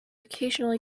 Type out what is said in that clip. occasionally